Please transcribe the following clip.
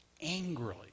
Angrily